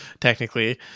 technically